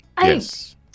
Yes